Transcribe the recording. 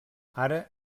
ara